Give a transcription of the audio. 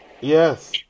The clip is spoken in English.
Yes